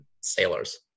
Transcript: sailors